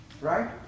right